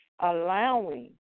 allowing